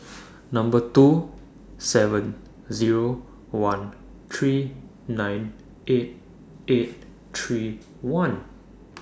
two seven zeroone three nine eight eight three one